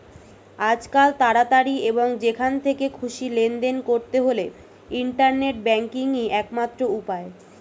আজকাল তাড়াতাড়ি এবং যেখান থেকে খুশি লেনদেন করতে হলে ইন্টারনেট ব্যাংকিংই একমাত্র উপায়